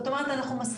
זאת אומרת מסכימים,